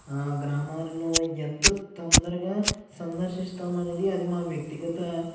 గ్రామాలను ఎంత తొందరగా సందర్శిస్తామనేది అది మా వ్యక్తిగత